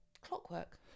clockwork